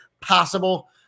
possible